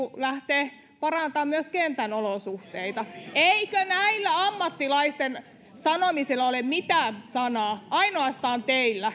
lähtee parantamaan myös kentän olosuhteita eikö näillä ammattilaisten sanomisilla ole mitään sanaa ainoastaan teillä